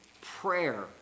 prayer